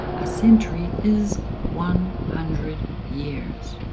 a century is one hundred years.